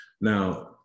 Now